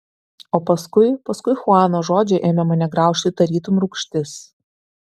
o paskui paskui chuano žodžiai ėmė mane graužti tarytum rūgštis